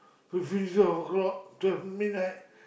we finish twelve o-clock twelve midnight